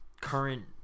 current